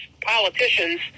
politicians